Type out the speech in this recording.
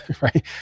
right